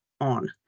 on